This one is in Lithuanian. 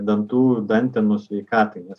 dantų dantenų sveikatai nes